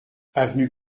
avenue